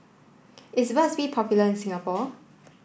is Burt's bee popular in Singapore